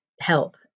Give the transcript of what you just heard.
help